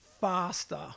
faster